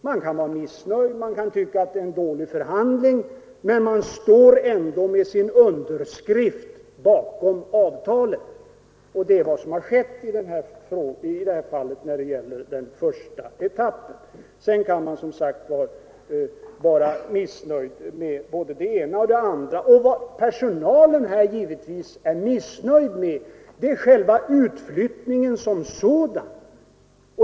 Man kan vara missnöjd och tycka att det var en dålig förhandling, men man står ändå med sin underskrift bakom avtalet, och det är vad som har skett i detta fall när det gäller den första etappen. Vad personalen här är missnöjd med är givetvis utflyttningen som sådan.